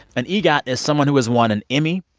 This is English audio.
an egot is someone who has won an emmy,